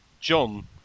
John